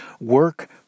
work